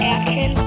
action